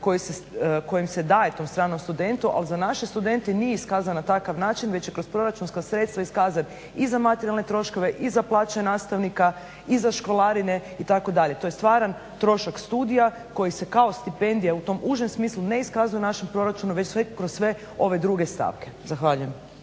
kojim se daje tom stranom studentu ali za naše studente nije iskazana na takav način već će kroz proračunska iskazat i za materijalne troškove i za plaće nastavnika i za školarine itd. To je stvaran trošak studija koji se kao stipendije u tom užem smislu ne iskazuju u našem proračunu već kroz sve ove druge stavke. Zahvaljujem.